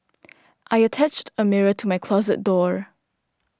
I attached a mirror to my closet door